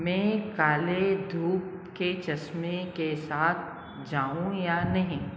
में काले धूप के चश्मे के साथ जाऊँ या नहीं